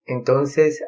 Entonces